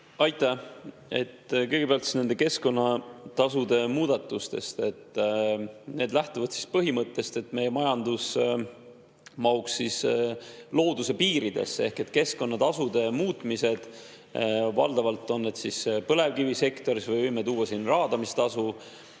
Aitäh! Kõigepealt keskkonnatasude muudatustest. Need lähtuvad põhimõttest, et meie majandus mahuks looduse piiridesse, ehk et keskkonnatasude muutmised – valdavalt on need põlevkivisektoris või võime tuua [näiteks] raadamistasu